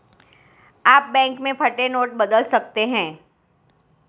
आप बैंक में फटे नोट बदल सकते हैं